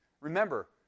remember